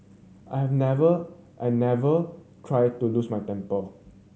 I have never I never try to lose my temper